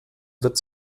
wird